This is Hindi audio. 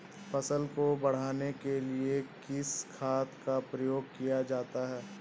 फसल को बढ़ाने के लिए किस खाद का प्रयोग किया जाता है?